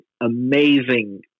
amazing